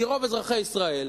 כי רוב אזרחי ישראל,